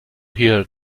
hear